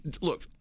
look